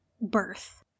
birth